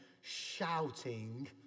shouting